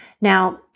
Now